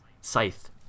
scythe